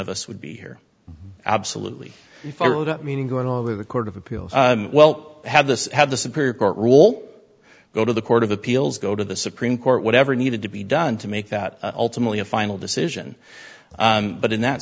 of us would be here absolutely meaning going all over the court of appeals well have this had the supreme court rule go to the court of appeals go to the supreme court whatever needed to be done to make that ultimately a final decision but in that